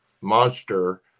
Monster